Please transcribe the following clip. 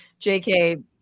JK